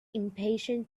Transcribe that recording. impatient